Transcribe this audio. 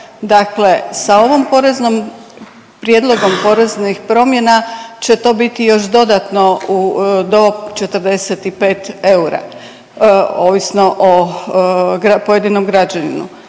Dakle, sa ovom poreznom, prijedlogom poreznih promjena će to biti još dodatno do 45 eura ovisno o pojedinom građaninu.